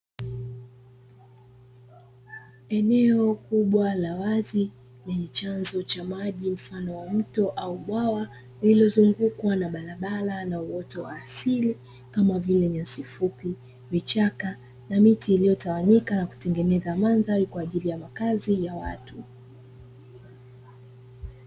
Eneo kubwa la wazi, lenye chanzo cha maji mfano wa mto au bwawa, lililozungukwa na barabara na uoto wa asili kama vile nyasi fupi, vichaka na miti, iliyotawanyika na kutengeneza mandhari kwa ajili ya makazi ya watu.